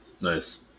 Nice